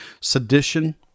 Sedition